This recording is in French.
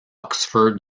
oxford